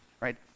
right